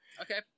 Okay